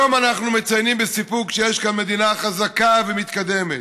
היום אנחנו מציינים בסיפוק שיש כאן מדינה חזקה ומתקדמת.